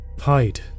Hide